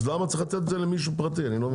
אז למה צריך לתת את זה למישהו פרטי אני לא מבין?